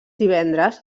divendres